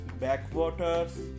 backwaters